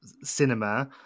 cinema